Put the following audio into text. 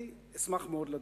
אני אשמח מאוד לדעת.